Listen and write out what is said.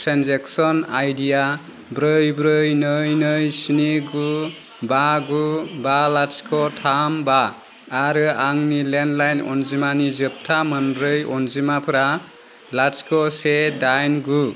transaction Idea ब्रै ब्रै नै नै स्नि गु बा गु बा लाथिख' थाम बा आरो आंनि लेन्डलाइन अनजिमानि जोबथा मोनब्रै अनजिमाफ्रा लाथिख' से दाइन गु